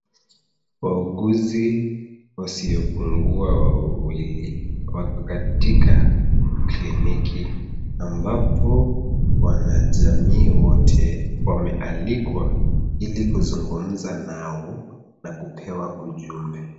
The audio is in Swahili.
Wauguzi wasiopungua wawili wako katika kliniki ambapo wanajamii wote wamealikwa ili kuzungumza nao na kupewa ujumbe.